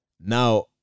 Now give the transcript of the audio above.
Now